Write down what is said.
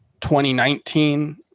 2019